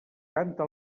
canta